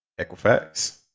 Equifax